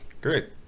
Great